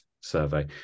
survey